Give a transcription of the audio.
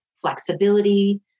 flexibility